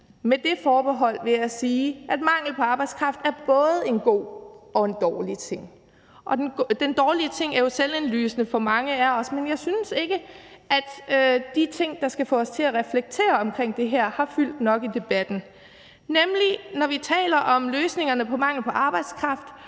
Med det forbehold vil jeg sige, at mangel på arbejdskraft både er en god og en dårlig ting. Den dårlige ting er jo indlysende for mange af os, men jeg synes ikke, at de ting, der skal få os til at reflektere over det her, har fyldt nok i debatten. Når vi taler om løsningerne på mangel på arbejdskraft,